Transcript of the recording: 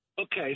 Okay